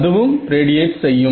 அதுவும் ரேடியேட் செய்யும்